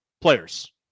Players